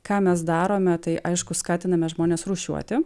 ką mes darome tai aišku skatiname žmones rūšiuoti